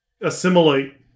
assimilate